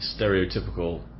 stereotypical